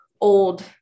old